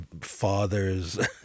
father's